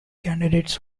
candidates